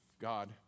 God